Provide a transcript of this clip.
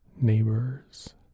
neighbors